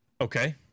Okay